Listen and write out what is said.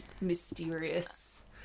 mysterious